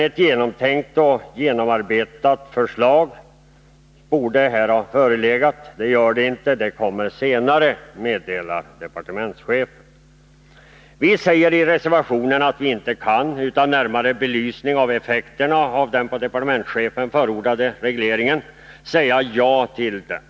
Ett genomtänkt och genomarbetat förslag borde ha förelegat, men det gör det inte. Det kommer senare, meddelar departementschefen. Vi säger i reservation 4 att vi inte kan — utan en närmare belysning av effekterna av den av departementschefen förordade regleringen — säga ja till en reglering.